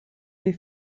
des